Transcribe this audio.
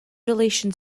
relation